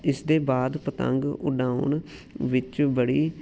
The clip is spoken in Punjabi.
ਇਸਦੇ ਬਾਅਦ ਪਤੰਗ ਉਡਾਉਣ ਵਿੱਚ ਬੜੀ